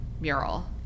mural